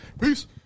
Peace